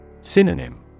Synonym